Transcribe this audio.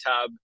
tub